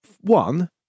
one